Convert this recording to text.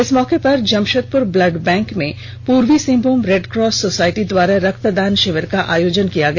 इस मौके पर जमशेदपुर ब्लड बैंक में पूर्वी सिंहभूम रेड क्रॉस सोसायटी द्वारा रक्तदान शिविर का आयोजन किया गया